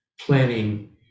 planning